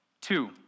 Two